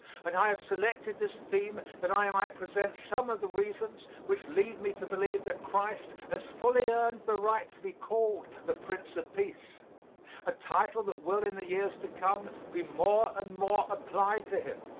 and i have selected this theme that i might present some of the reasons which lead me to believe that christ has fully earned the right to be called the prince of peace a title that will in the years to come be more and more applied to him.